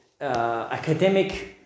Academic